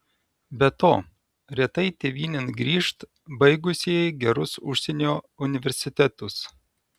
be to retai tėvynėn grįžt baigusieji gerus užsienio universitetus